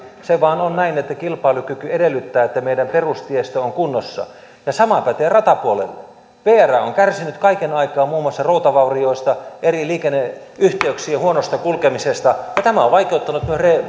se vain on näin että kilpailukyky edellyttää että meidän perustiestö on kunnossa ja sama pätee ratapuolella vr on kärsinyt kaiken aikaa muun muassa routavaurioista eri liikenneyhteyksien huonosta kulkemisesta ja tämä on vaikeuttanut